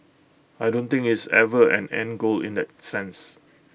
I don't think it's ever an end goal in that sense